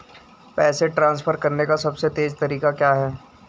पैसे ट्रांसफर करने का सबसे तेज़ तरीका क्या है?